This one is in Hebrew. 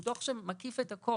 הוא דוח שמקיף את הכול.